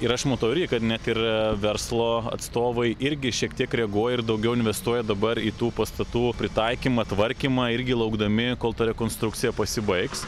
ir aš matau irgi kad net ir verslo atstovai irgi šiek tiek reaguoja ir daugiau investuoja dabar į tų pastatų pritaikymą tvarkymą irgi laukdami kol ta rekonstrukcija pasibaigs